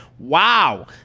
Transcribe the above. Wow